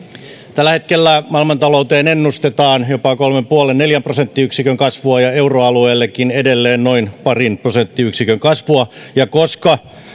tällä hetkellä maailmanta louteen ennustetaan jopa kolme pilkku viisi viiva neljän prosenttiyksikön kasvua ja euroalueellekin edelleen noin parin prosenttiyksikön kasvua ja koska